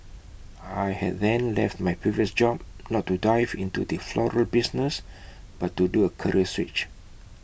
I had then left my previous job not to 'dive' into the floral business but to do A career switch